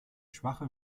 schwache